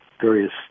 various